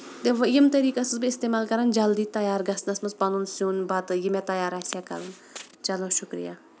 یِم طٔریقہٕ ٲسٕس بہٕ اِستعمال کران جلدی تَیار گژھنس منٛز پَنُن سیُن بَتہٕ یہِ مےٚ تَیار آسہِ ہا کَرُن چلو شُکرِیہ